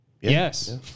Yes